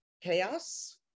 chaos